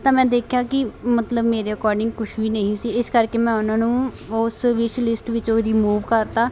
ਤਾਂ ਮੈਂ ਦੇਖਿਆ ਕਿ ਮਤਲਬ ਮੇਰੇ ਅਕੋਰਡਿੰਗ ਕੁਛ ਵੀ ਨਹੀਂ ਸੀ ਇਸ ਕਰਕੇ ਮੈਂ ਉਹਨਾਂ ਨੂੰ ਉਸ ਵਿਸ਼ਲਿਸਟ ਵਿੱਚੋਂ ਰਿਮੂਵ ਕਰਤਾ